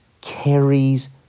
carries